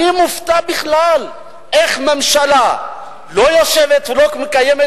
אני מופתע בכלל איך ממשלה לא יושבת ולא מקיימת